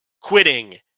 quitting